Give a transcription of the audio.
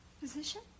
position